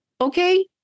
Okay